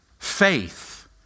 faith